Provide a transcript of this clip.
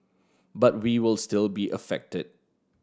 but we will still be affected